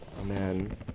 amen